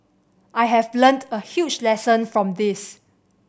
I have learnt a huge lesson from this